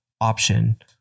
option